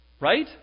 right